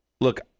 look